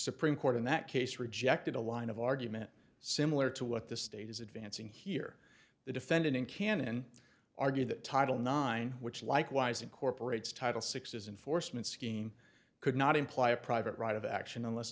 supreme court in that case rejected a line of argument similar to what the state is advancing here the defendant and canon argue that title nine which likewise incorporates title six is an foresman scheme could not imply a private right of action unless